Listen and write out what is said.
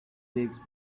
lakes